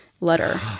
letter